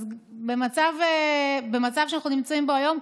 אז במצב שאנחנו נמצאים בו היום,